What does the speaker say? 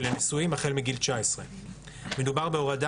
ולנשואים החל מגיל 19. מדובר בהורדה